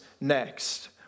next